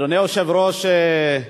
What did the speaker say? אדוני היושב-ראש,